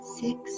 six